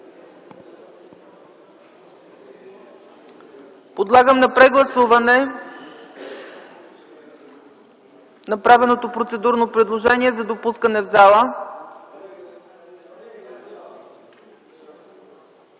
Моля, гласувайте направеното процедурно предложение за допускане в залата.